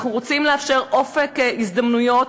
אנחנו רוצים לאפשר אופק הזדמנויות,